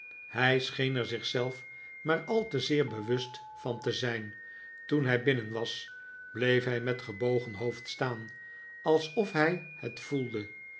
hij scheen er zich zelf maar al te zeer bewust van te zijn toen hij binnen was bleef hij met gebogen hoofd staan alsof hij het voelde